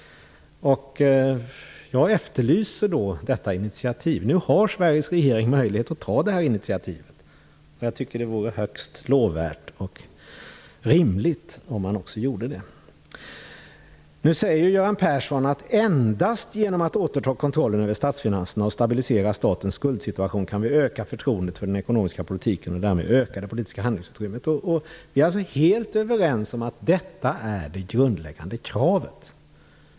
Jag efterlyser ett sådant initiativ. Sveriges regering har nu möjlighet att ta detta initiativ, och jag tycker att det vore högst rimligt och lovvärt om man gjorde det. Göran Persson säger vidare "att endast genom att återta kontrollen över statsfinanserna och stabilisera statens skuldsituation kan vi öka förtroendet för den ekonomiska politiken och därmed öka det politiska handlingsutrymmet". Vi är helt överens om att detta är det grundläggande kravet.